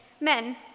Men